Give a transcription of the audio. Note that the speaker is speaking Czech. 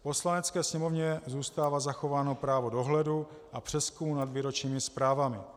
Poslanecké sněmovně zůstává zachováno právo dohledu a přezkum nad výročními zprávami.